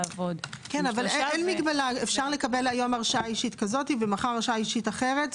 אבל אפשר לקבל היום הרשאה אישית כזאת ומחר הרשאה אישית אחרת.